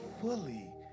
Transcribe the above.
fully